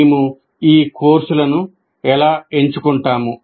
మేము ఈ కోర్సులను ఎలా ఎంచుకుంటాము